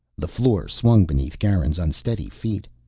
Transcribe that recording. the floor swung beneath garin's unsteady feet.